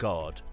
God